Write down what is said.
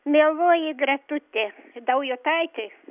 mieloji gretutė daujotaitė